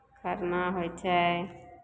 खरना होइ छै